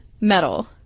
metal